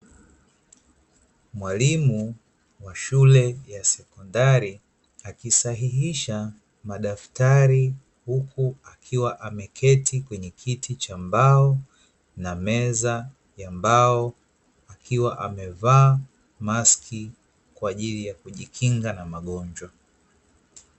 Mwalimu wa shule ya sekondari akisahihisha madaftari huku akiwa ameketi kwenye kiti cha mbao na meza ya mbao, akiwa amevaa maski kwa ajili ya kujikinga na magonjwa.